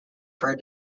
per